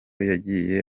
yagiye